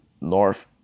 north